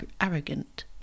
arrogant